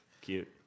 cute